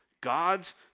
God's